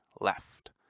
left